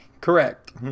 Correct